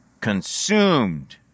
consumed